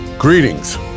Greetings